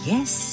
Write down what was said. Yes